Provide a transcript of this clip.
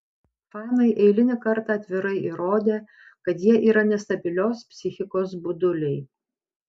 fanai eilinį kartą atvirai įrodė kad jie yra nestabilios psichikos buduliai